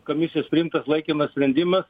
komisijos priimtas laikinas sprendimas